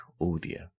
audio